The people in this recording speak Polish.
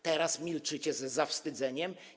Teraz milczycie z zawstydzeniem?